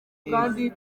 kandi